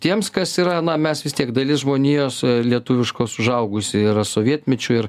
tiems kas yra na mes vis tiek dalis žmonijos lietuviškos užaugusi yra sovietmečiu ir